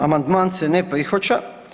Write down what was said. Amandman se ne prihvaća.